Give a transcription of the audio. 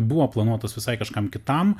buvo planuotos visai kažkam kitam